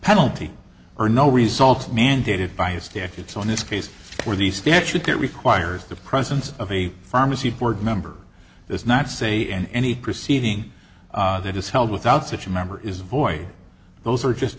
penalty or no results mandated by statutes on this case where the statute that requires the presence of a pharmacy board member is not say and any proceeding that is held without such a member is void those are just